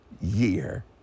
year